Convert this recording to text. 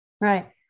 Right